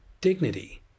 dignity